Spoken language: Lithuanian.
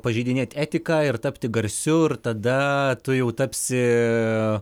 pažeidinėt etiką ir tapti garsiu ir tada tu jau tapsi